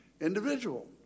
individual